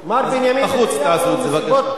ומר בנימין נתניהו,